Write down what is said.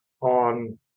on